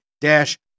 dash